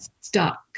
stuck